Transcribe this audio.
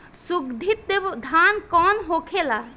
सुगन्धित धान कौन होखेला?